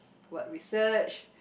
what research